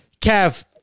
kev